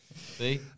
see